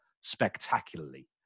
spectacularly